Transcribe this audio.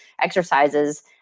exercises